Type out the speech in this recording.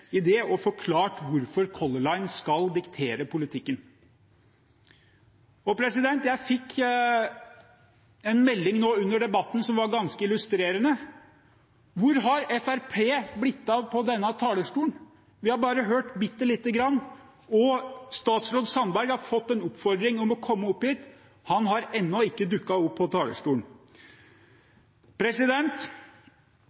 statsministeren ikke å gi et ordentlig svar på det konkrete spørsmålet. Deretter er det svakt at hun heller ikke er med her, nå når saken diskuteres. Hun kunne ha tatt del i det og forklart hvorfor Color Line skal diktere politikken. Jeg fikk en melding under debatten som var ganske illustrerende: Hvor har Fremskrittspartiet blitt av på denne talerstolen? Vi har hørt bare bitte lite grann. Statsråd Sandberg